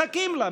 מחכים לה,